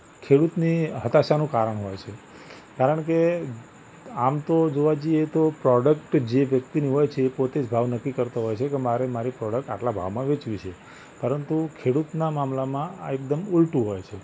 ખેડૂતની હતાશાનું કારણ હોય છે કારણ કે આમ તો જોવા જઈએ તો પ્રોડક્ટ જે વ્યક્તિની હોય છે એ પોતે જ ભાવ નક્કી કરતો હોય છે મારે મારી પ્રોડક્ટ આટલાં ભાવમાં વેચવી છે પરંતુ ખેડૂતના મામલામાં આ એકદમ ઊલટું હોય છે